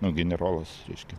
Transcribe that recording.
nu generolas reiškia